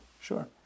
Sure